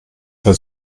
für